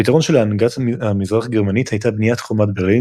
הפתרון של ההנהגה המזרח גרמנית היה בניית חומת ברלין